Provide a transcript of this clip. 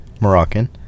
Moroccan